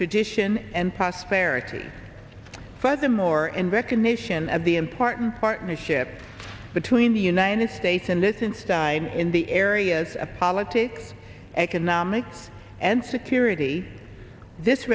tradition and prosperity furthermore in recognition of the important partnership between the united states in this in style in the areas of politic economic and security this